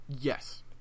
Yes